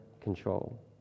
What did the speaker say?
control